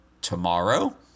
tomorrow